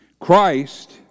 Christ